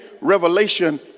revelation